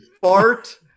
fart